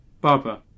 Barbara